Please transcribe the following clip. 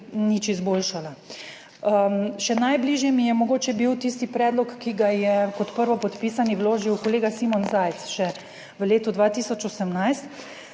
nič izboljšala. Še najbližje mi je mogoče bil tisti predlog, ki ga je kot prvopodpisani vložil kolega Simon Zajc, še v letu 2018,